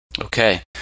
Okay